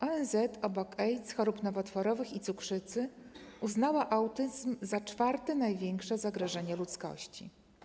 ONZ obok AIDS, chorób nowotworowych i cukrzycy uznała autyzm za czwarte, największe zagrożenie ludzkości.